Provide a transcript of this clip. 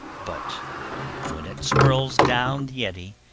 but when it swirls down the eddy,